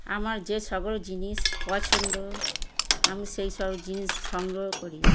আমার যে সকল জিনিস পছন্দ আমি সেই সব জিনিস সংগ্রহ করি